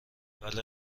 ولی